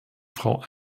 frau